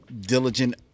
diligent